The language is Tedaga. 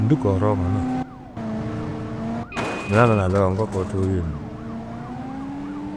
Ndû kohuroo mannu yina nura zaga ŋgo koo tohidîe yugó,